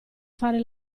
fare